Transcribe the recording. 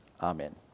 Amen